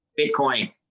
Bitcoin